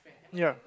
ya